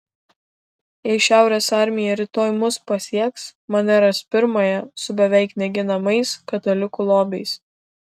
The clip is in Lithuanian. jei šiaurės armija rytoj mus pasieks mane ras pirmąją su beveik neginamais katalikų lobiais